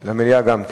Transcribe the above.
למליאה גם כן.